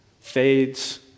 fades